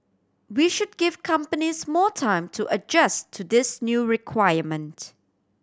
we should give companies more time to adjust to this new requirement